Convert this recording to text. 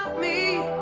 me